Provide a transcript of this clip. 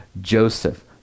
Joseph